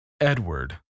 Edward